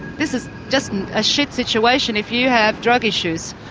this is just a shit situation. if you have drug issues,